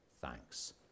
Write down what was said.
Thanks